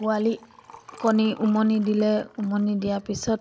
পোৱালি কণী উমনি দিলে উমনি দিয়াৰ পিছত